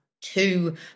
Two